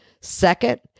Second